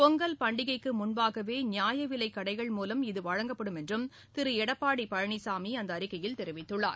பொங்கல் பண்டிகைக்கு முன்பாகவே நியாயவிலைக் கடைகள் மூலம் இது வழங்கப்படும் என்றும் திரு எடப்பாடி பழனிசாமி அந்த அறிக்கையில் தெரிவித்துள்ளார்